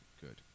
good